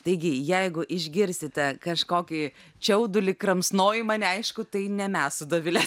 taigi jeigu išgirsite kažkokį čiaudulį kramsnojimą neaiškų tai ne mes su dovile